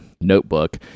notebook